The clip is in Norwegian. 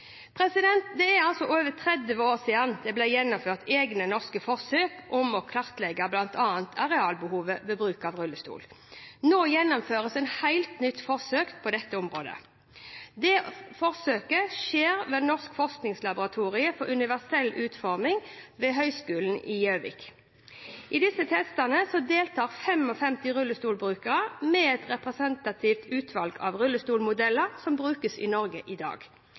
Det er over 30 år siden det ble gjennomført egne norske forsøk om å kartlegge bl.a. arealbehovet ved bruk av rullestol. Nå gjennomføres et helt nytt forsøk på dette området. Dette forsøket skjer ved Norsk forskningslaboratorium for universell utforming ved Høgskolen i Gjøvik. I disse testene deltar 55 rullestolbrukere med et representativt utvalg av rullestolmodeller som brukes i Norge i dag.